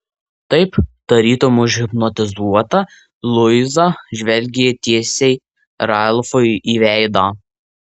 taip tarytum užhipnotizuota luiza žvelgė tiesiai ralfui į veidą